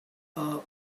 are